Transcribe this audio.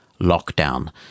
lockdown